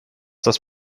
das